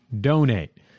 donate